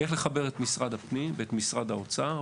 איך לחבר את משרד הפנים ואת משרד האוצר,